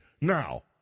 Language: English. Now